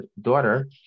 daughter